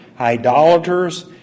idolaters